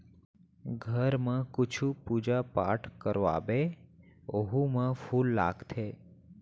घर म कुछु पूजा पाठ करवाबे ओहू म फूल लागथे